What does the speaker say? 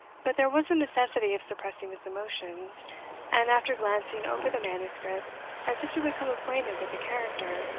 but there was a necessity of suppressing his emotions and after glancing over the manuscript as if to become acquainted with the character,